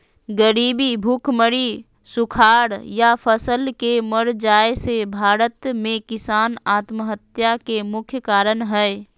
गरीबी, भुखमरी, सुखाड़ या फसल के मर जाय से भारत में किसान आत्महत्या के मुख्य कारण हय